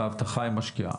באבטחה היא משקיעה.